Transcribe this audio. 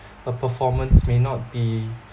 a performance may not be